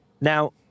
Now